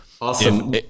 awesome